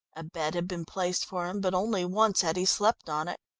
a bed had been placed for him, but only once had he slept on it.